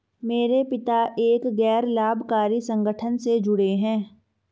मेरे पिता एक गैर लाभकारी संगठन से जुड़े हैं